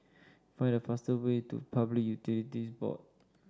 find the fastest way to Public Utilities Board